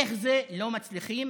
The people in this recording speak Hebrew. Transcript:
איך זה שלא מצליחים